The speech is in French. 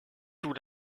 tout